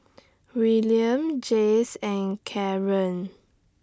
William Jayce and Karan